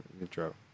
intro